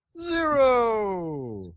Zero